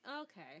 Okay